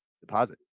Deposit